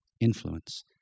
Influence